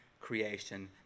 creation